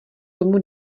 tomu